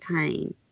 pain